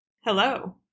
Hello